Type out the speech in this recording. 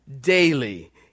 daily